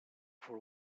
for